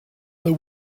the